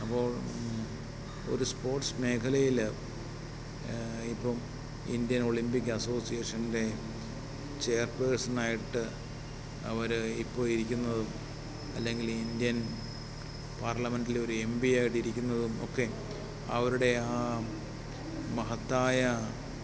അപ്പോൾ ഒരു സ്പോർട്സ് മേഖലയിൽ ഇപ്പം ഇന്ത്യൻ ഒളിമ്പിക് അസോസിയേഷൻ്റെ ചെയർപേഴ്സണായിട്ട് അവർ ഇപ്പോൾ ഇരിക്കുന്നതും അലെങ്കിൽ ഇന്ത്യൻ പാർലമെൻ്റിലെ ഒരു എം പി ആയിട്ടിരിക്കുന്നതും ഒക്കെ അവരുടെ ആ മഹത്തായ